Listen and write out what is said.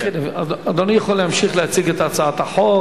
אדוני יכול להמשיך להציג את הצעת החוק.